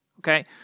Okay